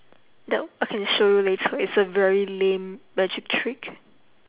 that I can show you later it's a very lame magic trick